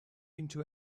into